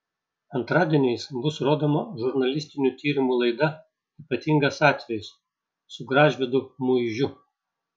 antradieniais bus rodoma žurnalistinių tyrimų laida ypatingas atvejis su gražvydu muižiu